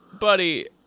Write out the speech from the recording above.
buddy